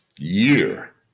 year